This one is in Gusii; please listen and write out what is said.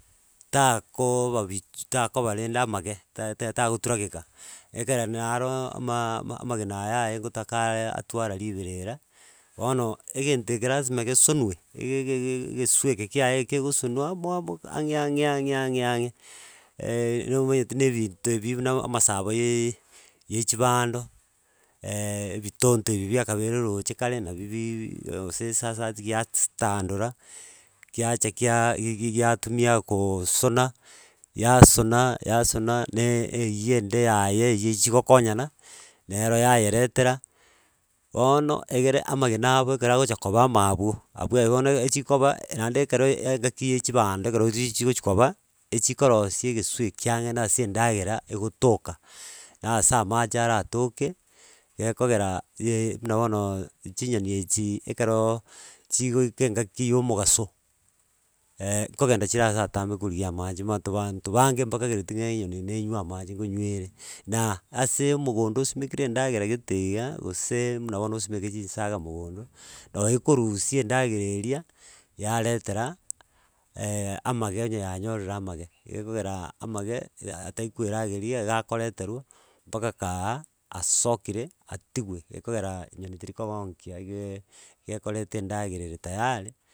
Takooooba bichu takobarende amage, tae tae tagoturageka, ekera ne aro ama ma amagena ayaye ngotaka are atwara riberera, bono, egento eke rasima gesonwe egegege geswe eke kiaye kegosonwa amo amo ang'e ang'e ang'e ang'e ang'e ang'e nomanyete na ebinto ebi buna amasabo yaaaa ya chibando, ebitonto ebi biakabeire roche kare, nabibiii gose sasa at giatstandora, kiacha kiaaa gigi giatumia kooosona, yasona yasona na ee eywo ende yaye eye chigokonyana, nero yayeretera. Bono egere amagena abo ekero agocha koba imabwo abwo eh bono echikoba naende ekero ya engaki yechibando ekero echigochi koba, echikorosia egesu eki ang'e na ase endagera egotoka, na ase amache aratoke gekogera buna bonoooo chinyoni echi, ekeroooo chigoika engaki ya omogaso nkogenda chira ase atambe korigia amache mato abanto bange mbakagereti ng'a enyoni nenywa amache, nkonywere. Na ase omogondo osimikire endagera gete iga gose buna bono osimeke chinsaga mogondo, noo ekorusia endagera eria, yaretera amage onye yanyorire amage, igekogera amage, era ataikwerageria aiga ekoreterwa mbaka kaaaa asokire atigwe, igekogera nyoni terikogonkia igaaa iga ekoreta endagera eye tayare.